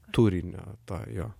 turinio tą jo